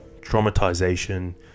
traumatization